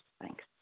Thanks